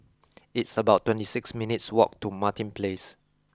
it's about twenty six minutes' walk to Martin Place